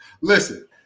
Listen